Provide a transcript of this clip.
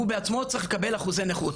הוא בעצמו צריך לקבל אחוזי נכות,